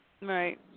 Right